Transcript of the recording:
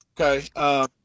Okay